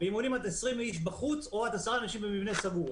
באימונים עד עשרים איש בחוץ או עד עשרה אנשים במבנה סגור.